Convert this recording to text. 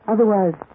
Otherwise